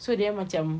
so then macam